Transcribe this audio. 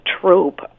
trope